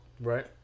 Right